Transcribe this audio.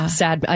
sad